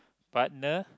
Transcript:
partner